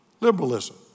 liberalism